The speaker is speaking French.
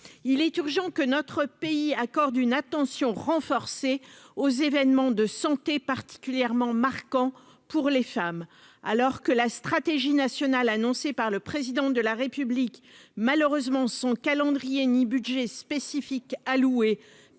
il est urgent que notre pays accorde une attention renforcée aux événements de santé particulièrement marquant pour les femmes, alors que la stratégie nationale annoncée par le président de la République, malheureusement son calendrier ni budget spécifiques